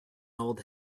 old